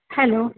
hello